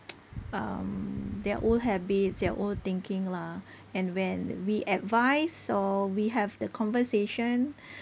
um their old habits their old thinking lah and when we advise or we have the conversation